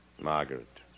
Margaret